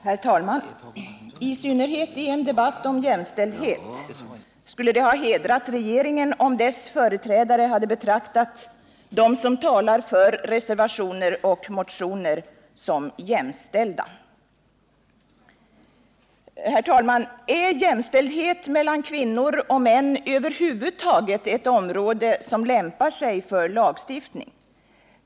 Herr talman! I synnerhet i en debatt om jämställdhet skulle det ha hedrat regeringen om dess företrädare hade betraktat dem som talar för reservationer och motioner som jämställda. Är jämställdhet mellan kvinnor och män över huvud taget ett område som lämpar sig för lagstiftning?